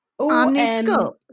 OmniScope